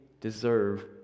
deserve